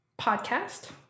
podcast